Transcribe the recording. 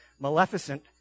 Maleficent